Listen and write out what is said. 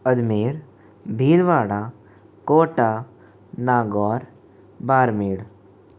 Ajmer Bhilwara Kota Nagaur Barmer